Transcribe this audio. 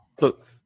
look